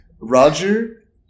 Roger